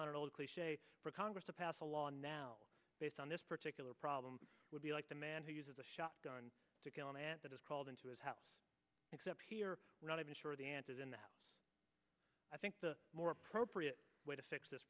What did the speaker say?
on an old cliche for congress to pass a law now based on this particular problem would be like the man who uses a shotgun to get on and that is called into his house except here we're not even sure the answer then i think the more appropriate way to fix this